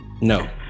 No